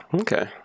Okay